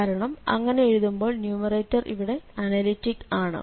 കാരണം അങ്ങനെ എഴുതുമ്പോൾ ന്യൂമറേറ്റർ ഇവിടെ അനലിറ്റിക് ആണ്